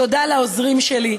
תודה לעוזרים שלי,